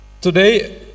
Today